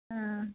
आ